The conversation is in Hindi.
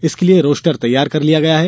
इसके लिए रोस्टर तैयार कर लिया गया है